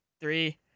three